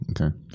okay